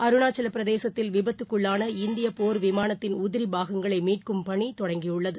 அருணாச்சவபிரதேசத்தில் விபத்துக்குள்ளான இந்தியபோர் விமானத்தின் உதிரிப் பாகங்களைமீட்கும் பணிதொடங்கியுள்ளது